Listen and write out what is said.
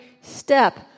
step